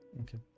Okay